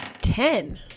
Ten